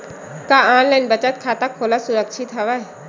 का ऑनलाइन बचत खाता खोला सुरक्षित हवय?